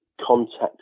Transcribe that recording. contact